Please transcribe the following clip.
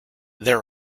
there